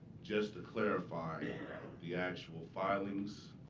just to clarify the actual filings,